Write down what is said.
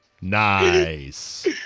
Nice